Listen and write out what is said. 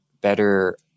better